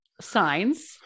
signs